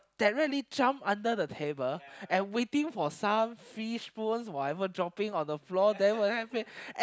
directly jump under the table and waiting for some fish bones whatever droppings on the floor there what have you and